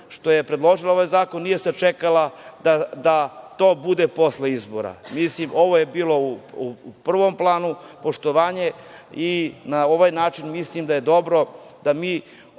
što je predložila ovaj zakon, nije sačekala da to bude posle izbora. Ovo je bilo u prvom planu, poštovanje i na ovaj način mislim da je dobro da mi